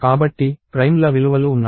కాబట్టి ప్రైమ్ల విలువలు ఉన్నాయి